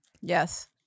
Yes